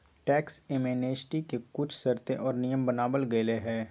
tax amnesty के कुछ शर्तें और नियम बनावल गयले है